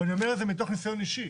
ואני אומר את זה מתוך ניסיון אישי.